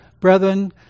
brethren